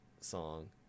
song